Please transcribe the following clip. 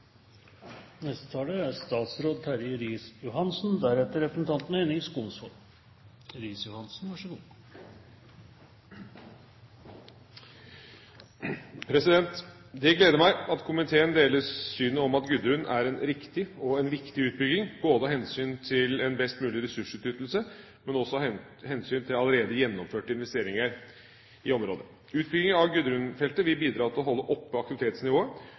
Det gleder meg at komiteen deler synet på at Gudrun er en riktig og en viktig utbygging både av hensyn til en best mulig ressursutnyttelse og av hensyn til allerede gjennomførte investeringer i området. Utbygginga av Gudrun-feltet vil bidra til å holde oppe aktivitetsnivået